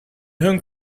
hun